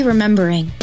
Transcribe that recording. Remembering